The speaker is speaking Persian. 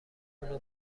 اونو